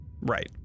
Right